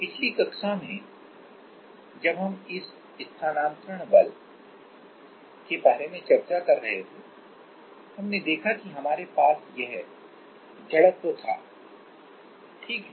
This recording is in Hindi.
इसलिए पिछली कक्षा में जब हम इस ट्रांसफर्स फ़ोर्स के बारे में चर्चा कर रहे थे हमने देखा कि हमारे पास यह शब्द इनर्शिया था ठीक है